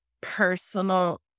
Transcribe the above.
personal